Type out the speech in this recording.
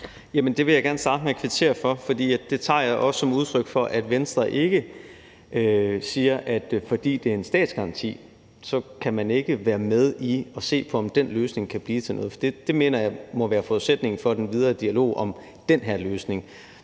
Det vil jeg gerne starte med at kvittere for, for det tager jeg også som udtryk for, at Venstre ikke siger, at fordi det er en statsgaranti, kan man ikke være med til at se på, om den løsning kan blive til noget. For det mener jeg må være forudsætningen for den videre dialog om den her løsning.